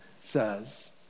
says